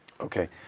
Okay